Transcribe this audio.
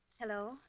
Hello